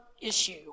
issue